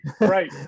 Right